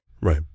Right